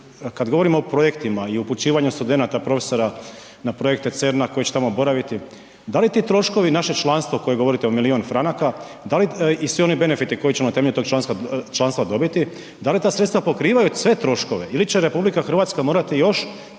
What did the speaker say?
Kad govorimo o projektima i upućivanju studenata, profesora na projekte CERN-a koji će tamo boraviti da li ti troškovi, naše članstvo koje govorite o milion franaka, da li i sve one benefite koje ćemo temeljem tog članstva dobiti, da li ta sredstva pokrivaju sve troškove ili će RH morati još,